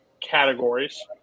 categories